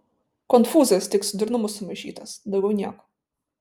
konfūzas tik su durnumu sumaišytas daugiau nieko